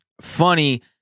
funny